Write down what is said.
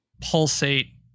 pulsate